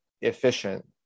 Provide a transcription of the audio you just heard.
efficient